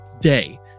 day